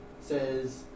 says